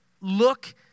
look